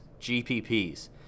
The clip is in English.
GPPs